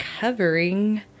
covering